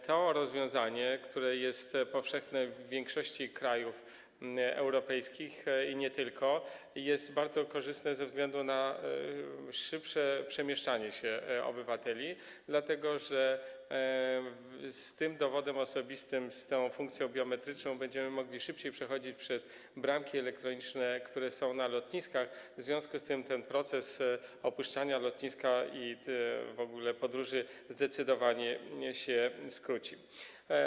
To rozwiązanie, które jest powszechne w większości krajów europejskich i nie tylko, jest bardzo korzystne ze względu na szybsze przemieszczanie się obywateli, dlatego że z tym dowodem osobistym, z tą funkcją biometryczną będziemy mogli szybciej przechodzić przez bramki elektroniczne, które są na lotniskach, w związku z tym ten proces opuszczania lotniska i w ogóle czas podróży zdecydowanie się skróci.